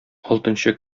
алтынчы